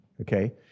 okay